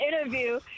interview